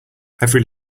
every